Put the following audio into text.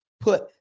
put